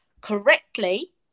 correctly